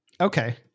Okay